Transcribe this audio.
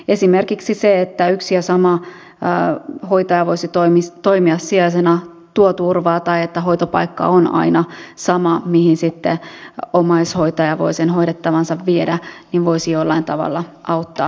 esimerkiksi se että yksi ja sama hoitaja voisi toimia sijaisena tuo turvaa tai se että on aina sama hoitopaikka mihin sitten omaishoitaja voi hoidettavansa viedä voisi jollain tavalla auttaa heidän arkeaan